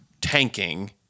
tanking